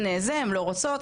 הן לא רוצות,